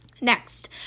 next